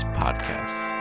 podcasts